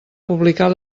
publicar